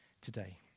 today